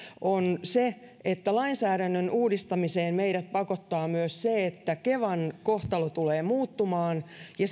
on se että lainsäädännön uudistamiseen meidät pakottaa myös se että kevan kohtalo tulee muuttumaan ja